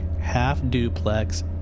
half-duplex